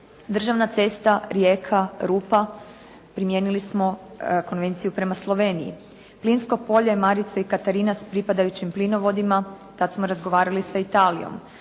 Državna cesta Rijeka-Rupa primijenili smo konvenciju prema Sloveniji. Plinsko polje Marica i Katarina s pripadajućim plinovodima, tada smo razgovarali sa Italijom.